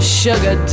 sugar